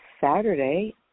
Saturday